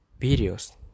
videos